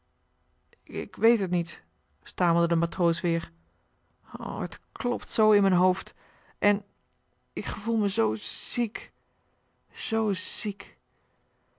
ik weet het niet stamelde de matroos weer o het klopt zoo in m'n hoofd en k gevoel me zoo ziek zoo ziek